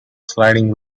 sliding